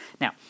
Now